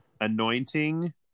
anointing